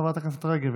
חברת הכנסת רגב,